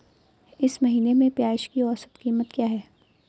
इस महीने में प्याज की औसत कीमत क्या है?